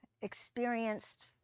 experienced